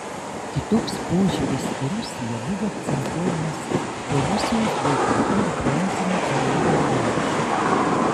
kitoks požiūris į rusiją buvo akcentuojamas po rusijos boikoto ir bronzinio kareivio riaušių